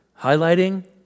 highlighting